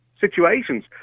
situations